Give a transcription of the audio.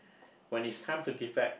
when it's time to give back